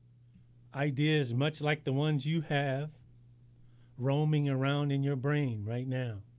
ideas much like the ones you have roaming around in your brain right now.